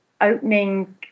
opening